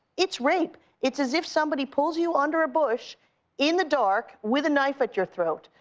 it's rape. it's as if somebody pulls you under a bush in the dark with a knife at your throat.